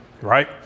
right